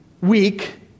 week